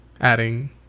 adding